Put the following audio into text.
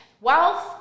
wealth